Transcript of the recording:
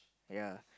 ya